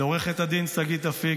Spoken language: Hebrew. לעו"ד שגית אפיק,